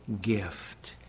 gift